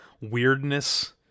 weirdness